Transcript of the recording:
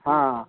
हाँ